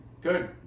good